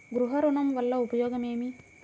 గృహ ఋణం వల్ల ఉపయోగం ఏమి?